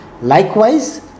likewise